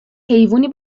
حیوونی